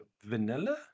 vanilla